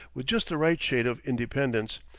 with just the right shade of independence.